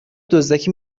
دزدکی